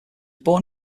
born